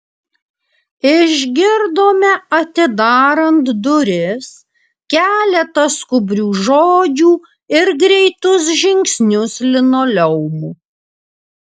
išgirdome atidarant duris keletą skubrių žodžių ir greitus žingsnius linoleumu